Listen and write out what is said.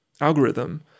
algorithm